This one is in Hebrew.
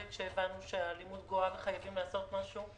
כשהבנו שהאלימות גואה וחייבים לעשות משהו,